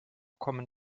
kommen